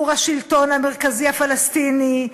ערעור השלטון המרכזי הפלסטיני,